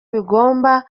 bigomba